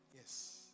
yes